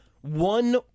one